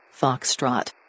Foxtrot